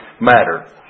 matter